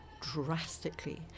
drastically